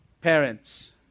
parents